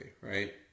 right